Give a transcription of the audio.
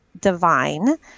divine